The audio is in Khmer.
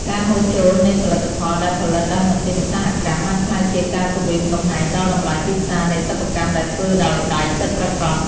ការហូរចូលនៃផលិតផលដែលផលិតដោយម៉ាស៊ីនឧស្សាហកម្ម បានក្លាយជាការគំរាមកំហែងដល់តម្លៃទីផ្សារនៃសិប្បកម្មដែលធ្វើដោយដៃពិតប្រាកដ។